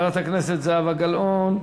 חברת הכנסת זהבה גלאון,